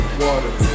water